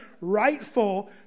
rightful